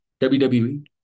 WWE